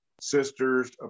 sisters